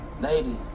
Ladies